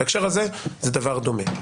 בהקשר הזה זה דבר דומה.